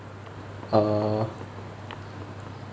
uh